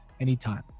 anytime